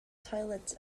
toilet